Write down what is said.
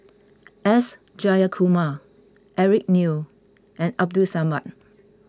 S Jayakumar Eric Neo and Abdul Samad